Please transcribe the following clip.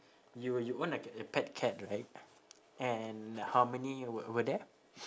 you you own a ca~ a pet cat right and how many were were there